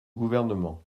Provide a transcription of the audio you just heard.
gouvernement